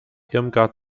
irmgard